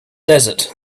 desert